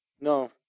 No